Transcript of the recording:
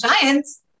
giants